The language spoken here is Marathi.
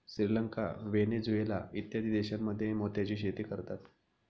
श्रीलंका, व्हेनेझुएला इत्यादी देशांमध्येही मोत्याची शेती करतात